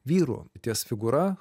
vyru ties figūra